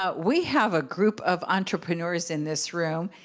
ah we have a group of entrepreneurs in this room.